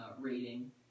rating